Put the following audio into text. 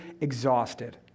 exhausted